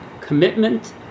commitment